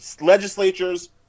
legislatures